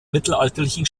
mittelalterlichen